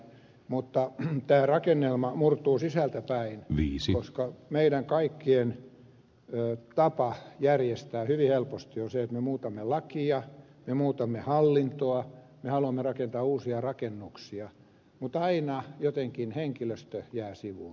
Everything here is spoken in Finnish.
mutta tämä rakennelma murtuu sisältäpäin koska meidän kaikkien tapa järjestää asioita hyvin helposti on se että me muutamme lakia me muutamme hallintoa me haluamme rakentaa uusia rakennuksia mutta aina jotenkin henkilöstö jää sivuun